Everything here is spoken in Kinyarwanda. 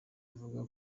ivuga